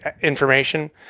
information